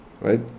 right